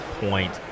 point